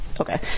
okay